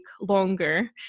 longer